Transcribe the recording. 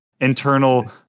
internal